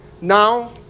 Now